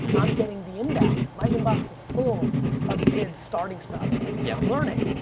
and i'm getting the inbound, my inbox is full of kids starting stuff yeah on learning.